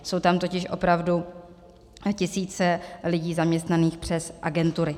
Jsou tam totiž opravdu tisíce lidí zaměstnaných přes agentury.